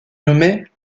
nommait